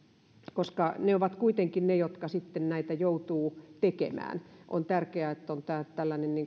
koska ne ovat kuitenkin ne jotka sitten näitä joutuvat tekemään on tärkeää että on tällainen